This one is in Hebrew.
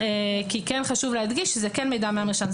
חשוב להדגיש שזה כן מידע מהמרשם.